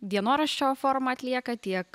dienoraščio formą atlieka tiek